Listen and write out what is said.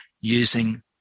using